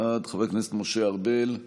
בעד, חבר הכנסת משה ארבל,